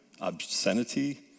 obscenity